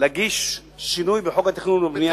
להגיש שינוי בחוק התכנון והבנייה,